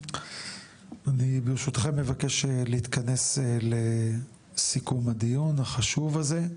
אני ברשותכם מבקש להתכנס לסיכום הדיון החשוב הזה,